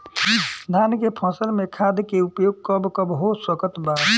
धान के फसल में खाद के उपयोग कब कब हो सकत बा?